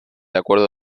acuerdo